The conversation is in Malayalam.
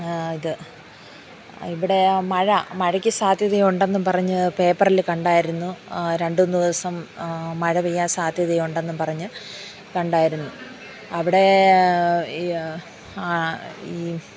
ഇത് ഇവിടെ മഴ മഴയ്ക്ക് സാധ്യത ഉണ്ടെന്ന് പറഞ്ഞു പേപ്പറിൽ കണ്ടായിരുന്നു രണ്ട് മൂന്ന് ദിവസം മഴ പെയ്യാൻ സാധ്യതയുണ്ടെന്ന് പറഞ്ഞു കണ്ടായിരുന്നു അവിടെ ഈ